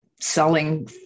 selling